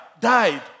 died